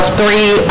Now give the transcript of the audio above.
three